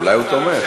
אולי הוא תומך.